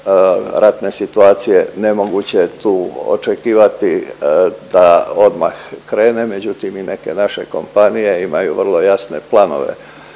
ratne situacije nemoguće tu očekivati da odmah krene, međutim i neke naše kompanije imaju vrlo jasne planove